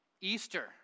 Easter